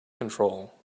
control